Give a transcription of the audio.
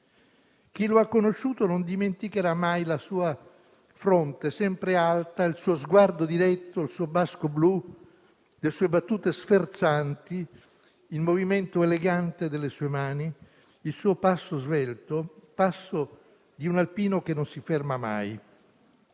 Chi lo ha conosciuto non dimenticherà mai la sua fronte sempre alta, il suo sguardo diretto, il suo basco blu, le sue battute sferzanti, il movimento elegante delle sue mani, il suo passo svelto: il passo di un alpino, che non si ferma mai.